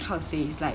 how to say it's like